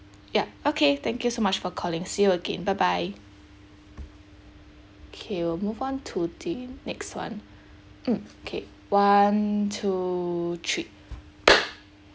yup okay thank you so much for calling see you again bye bye K we'll move on to the next one mm K one two three